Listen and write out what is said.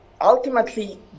ultimately